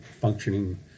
functioning